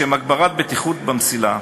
לשם הגברת הבטיחות במסילה,